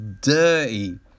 dirty